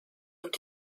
und